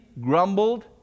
grumbled